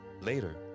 Later